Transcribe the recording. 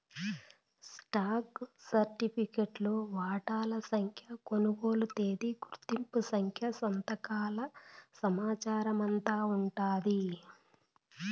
stock సరిఫికెట్లో వాటాల సంఖ్య, కొనుగోలు తేదీ, గుర్తింపు సంఖ్య, సంతకాల సమాచారమంతా ఉండాది